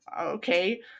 okay